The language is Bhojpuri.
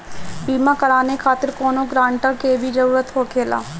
बीमा कराने खातिर कौनो ग्रानटर के भी जरूरत होखे ला?